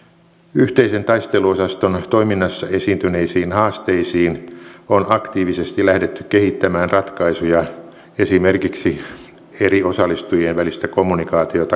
yhteisen taisteluosaston toiminnassa esiintyneisiin haasteisiin on aktiivisesti lähdetty kehittämään ratkaisuja esimerkiksi eri osallistujien välistä kommunikaatiota kehittämällä